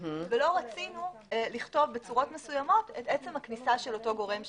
ולא רצינו לכתוב בצורות מסוימות את עצם הכניסה של אותו גורם שלישי.